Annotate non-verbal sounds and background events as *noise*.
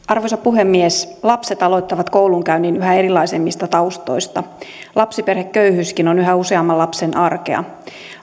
*unintelligible* arvoisa puhemies lapset aloittavat koulunkäynnin yhä erilaisemmista taustoista lapsiperheköyhyyskin on yhä useamman lapsen arkea